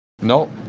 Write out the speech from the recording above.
No